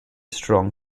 strong